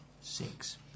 Six